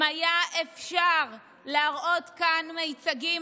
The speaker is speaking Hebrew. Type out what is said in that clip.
אם היה אפשר להראות כאן מיצגים,